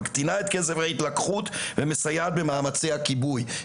מקטינה את קצב ההתלקחות ומסייעת במאמצי הכיבוי.